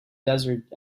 desert